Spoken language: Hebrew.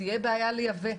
תהיה בעיה לייבא.